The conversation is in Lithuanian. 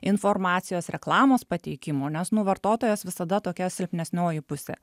informacijos reklamos pateikimo nes nu vartotojas visada tokia silpnesnioji pusė